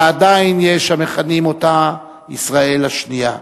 ועדיין יש המכנים אותה "ישראל השנייה".